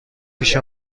پیش